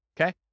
Okay